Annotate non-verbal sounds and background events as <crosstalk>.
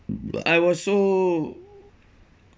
<noise> I was so